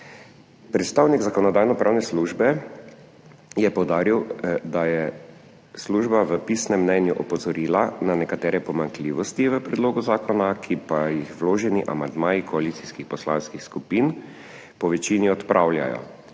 Predstavnik Zakonodajno-pravne službe je poudaril, da je služba v pisnem mnenju opozorila na nekatere pomanjkljivosti v predlogu zakona, ki pa jih vloženi amandmaji koalicijskih poslanskih skupin po večini odpravljajo,